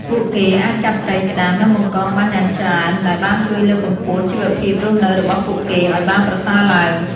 ពួកគេអាចចាប់ត្រីក្តាម និងបង្កងបានយ៉ាងច្រើនដែលបានជួយលើកកម្ពស់ជីវភាពរស់នៅរបស់ពួកគេឲ្យបានប្រសើរឡើង។